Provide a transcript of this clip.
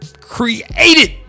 created